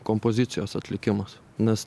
kompozicijos atlikimas nes